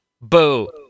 Boo